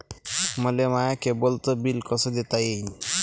मले माया केबलचं बिल कस देता येईन?